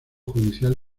judicial